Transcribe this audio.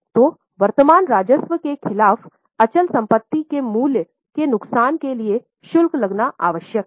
तो वर्तमान राजस्व के खिलाफअचल संपत्ति के मूल्य के नुकसान के लिए शुल्क लगाना आवश्यक है